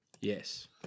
Yes